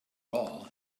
all